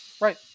Right